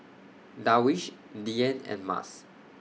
Darwish Dian and Mas